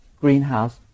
greenhouse